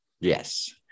Yes